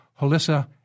Halissa